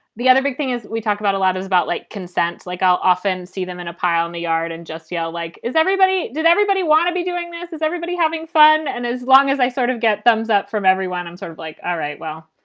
the other big thing is we talked about a lot is about like consent. like, i'll often see them in a pile in the yard and just yell like, is everybody did everybody want to be doing this? is everybody having fun? and as long as i sort of get thumbs up from everyone, i'm sort of like, all right, well,